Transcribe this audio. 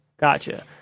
Gotcha